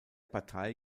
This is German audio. partei